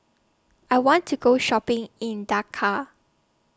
I want to Go Shopping in Dhaka